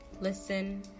listen